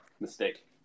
Mistake